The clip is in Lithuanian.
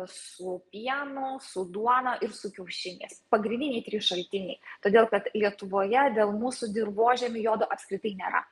su pienu su duona ir su kiaušiniais pagrindiniai trys šaltiniai todėl kad lietuvoje dėl mūsų dirvožemio jodo apskritai nėra